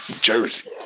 Jersey